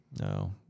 no